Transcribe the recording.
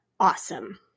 Awesome